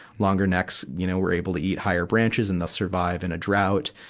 longer necks, you know, were able to eat higher branches and they'll survive in a drought.